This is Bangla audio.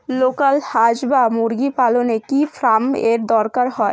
লোকাল হাস বা মুরগি পালনে কি ফার্ম এর দরকার হয়?